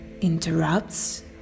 interrupts